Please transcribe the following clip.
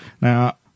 Now